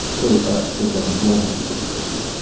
so ah so stephanie, what have you seen firsthand?